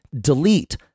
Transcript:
delete